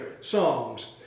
songs